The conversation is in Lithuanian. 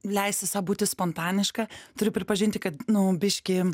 leistis sau būti spontaniška turiu pripažinti kad nu biški